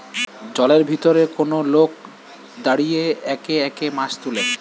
জলের ভিতরে যখন কোন লোক দাঁড়িয়ে একে একে মাছ তুলে